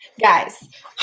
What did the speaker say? guys